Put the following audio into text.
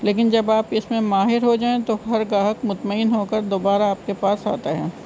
لیکن جب آپ اس میں ماہر ہو جائیں تو ہر گاہک مطمئن ہو کر دوبارہ آپ کے پاس آتا ہے